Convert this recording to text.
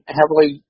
heavily